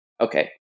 Okay